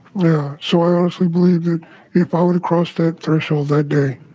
yeah. so i honestly believe that if i were to cross that threshold that day,